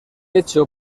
hecho